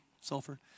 Sulfur